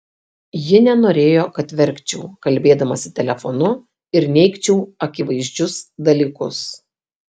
ji nenorėjo kad verkčiau kalbėdamasi telefonu ir neigčiau akivaizdžius dalykus